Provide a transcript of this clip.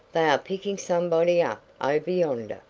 they are picking somebody up over yonder,